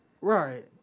Right